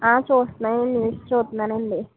చూస్తున్నాయండి చూస్తున్నానండి